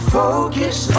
focus